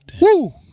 Woo